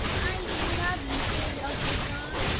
i love you, dear uncle john,